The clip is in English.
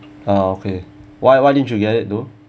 ah okay why why didn't you get it though